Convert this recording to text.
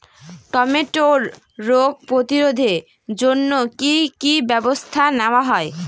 টমেটোর রোগ প্রতিরোধে জন্য কি কী ব্যবস্থা নেওয়া হয়?